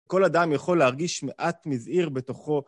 כל אדם יכול להרגיש מעט מזעיר בתוכו